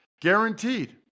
guaranteed